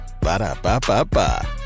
Ba-da-ba-ba-ba